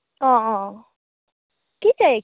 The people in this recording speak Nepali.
अँ अँ अँ के चाहिँ